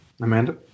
Amanda